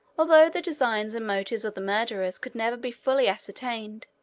although the designs and motives of the murderers could never be fully ascertained,